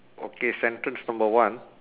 okay sentence number one